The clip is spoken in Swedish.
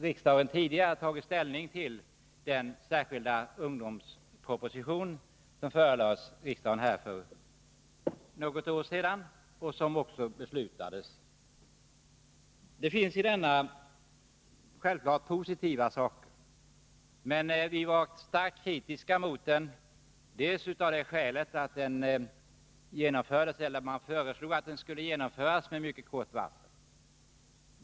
Riksdagen har tidigare tagit ställning till den särskilda ungdoms propositionen, som förelades riksdagen för något år sedan och som också antogs. Det finns naturligtvis positiva saker i denna proposition, men vi var ändå starkt kritiska mot den, bl.a. av det skälet att man föreslog att den skulle genomföras med mycket kort varsel.